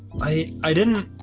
i i didn't